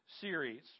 series